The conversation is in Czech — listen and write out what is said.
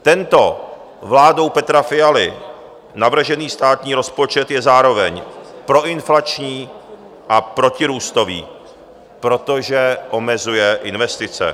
Tento vládou Petra Fialy navržený státní rozpočet je zároveň proinflační a protirůstový, protože omezuje investice.